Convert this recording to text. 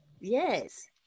Yes